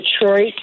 Detroit